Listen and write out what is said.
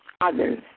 others